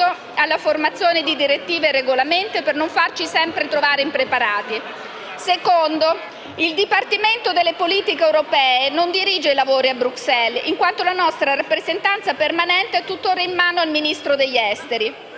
luogo, il Dipartimento per le politiche europee non dirige i lavori a Bruxelles, in quanto la nostra rappresentanza permanente è tuttora in mano al Ministro degli esteri.